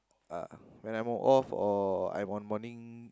uh when I'm off or I'm on morning